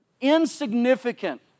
insignificant